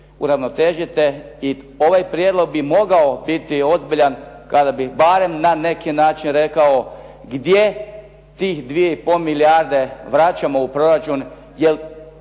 uravnotežite i ovaj prijedlog mi mogao biti ozbiljan kada bi barem na neki način rekao gdje tih 2,5 milijarde vraćamo u proračun